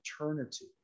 eternity